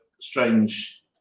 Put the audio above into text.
strange